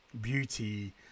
beauty